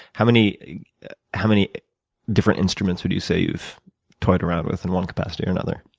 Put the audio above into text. how many how many different instruments would you say you've toyed around with in one capacity or another?